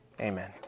Amen